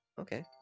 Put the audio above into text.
Okay